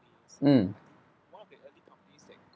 mm